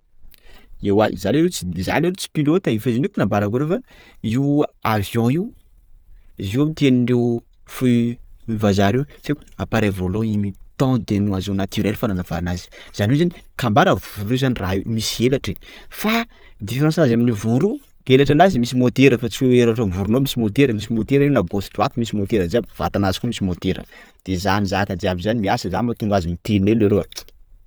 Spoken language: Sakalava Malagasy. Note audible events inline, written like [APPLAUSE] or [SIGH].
Ewa za leroa, za leroa tsy pilote e! _x000D_ Fa izy io ndreka nambarako fa, io avion io, izy io amin'ny tenin-dreo [HESITATION] vazaha reo, tsy haiko, appareil volant immitant des noiseaux naturelle fanalavana azy zany hoe zany kambara vorona io zany raha io e misy elatra e! fa différence nazy amin'io voro io, elatra nazy misy motera fa tsy hoe elatran' ny voronao misy motera, misy motera io na gauche droite misy motera jiaby vatanazy koa misy motera; de zany zaka jiaby zany miasa; zany mahatonga azy mitenona io leroa.